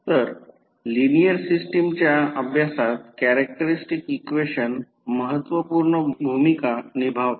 तर linear systems च्या अभ्यासात कॅरेक्टरस्टिक्स इक्वेशन महत्त्वपूर्ण भूमिका निभावतात